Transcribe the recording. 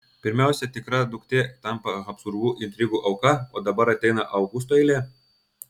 pirmiausia tikra duktė tampa habsburgų intrigų auka o dabar ateina augusto eilė